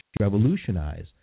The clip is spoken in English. revolutionize